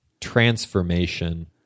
transformation